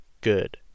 good